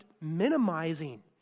minimizing